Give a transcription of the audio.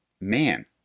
man